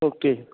okay